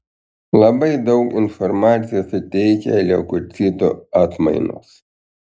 labai daug informacijos suteikia leukocitų atmainos